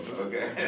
okay